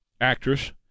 actress